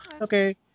Okay